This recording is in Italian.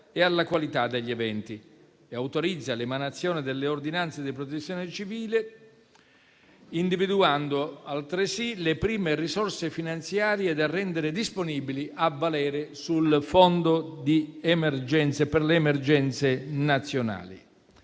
e alla qualità degli eventi e autorizza l'emanazione delle ordinanze di Protezione civile, individuando altresì le prime risorse finanziarie da rendere disponibili a valere sul Fondo per le emergenze nazionali.